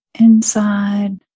Inside